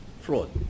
fraud